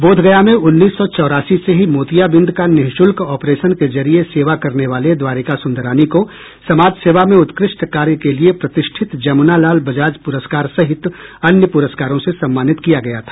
बोधगया में उन्नीस सौ चौरासी से ही मोतियाबिंद का निःशुल्क ऑपरेशन के जरिये सेवा करने वाले द्वारिका सुंदरानी को समाज सेवा में उत्कृष्ट कार्य के लिये प्रतिष्ठित जमुना लाल बजाज प्रस्कार सहित अन्य पुरस्कारों से सम्मानित किया गया था